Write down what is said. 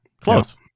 Close